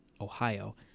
Ohio